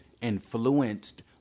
influenced